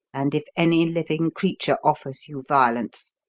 and if any living creature offers you violence,